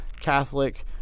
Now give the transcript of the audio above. Catholic